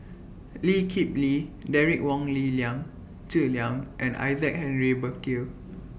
Lee Kip Lee Derek Wong Lee Liang Zi Liang and Isaac Henry Burkill